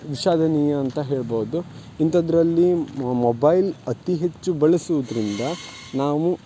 ವಿಷಾದನೀಯ ಅಂತ ಹೇಳ್ಬೌದು ಇಂಥದ್ದರಲ್ಲಿ ಮೊಬೈಲ್ ಅತೀ ಹೆಚ್ಚು ಬಳಸುದ್ರಿಂದ ನಾವು